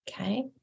Okay